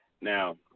Now